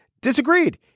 disagreed